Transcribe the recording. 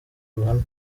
ruhame